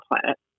planet